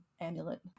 amulet